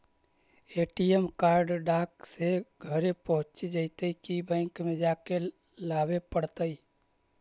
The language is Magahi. ए.टी.एम कार्ड डाक से घरे पहुँच जईतै कि बैंक में जाके लाबे पड़तै?